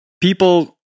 people